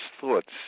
thoughts